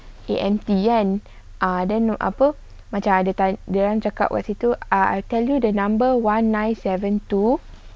A&T kan then apa macam ada tan~ dia orang cakap kat situ I tell you the number one nine seven two